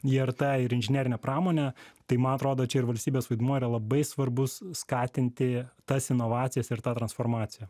irt ir inžinerinė pramonė tai man atrodo čia ir valstybės vaidmuo yra labai svarbus skatinti tas inovacijas ir tą transformaciją